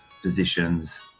positions